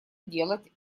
делать